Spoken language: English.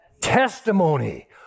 testimony